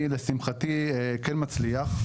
ולשמחתי אני כן מצליח.